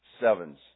sevens